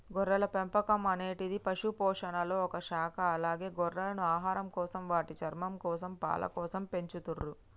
గొర్రెల పెంపకం అనేటిది పశుపోషణలొ ఒక శాఖ అలాగే గొర్రెలను ఆహారంకోసం, వాటి చర్మంకోసం, పాలకోసం పెంచతుర్రు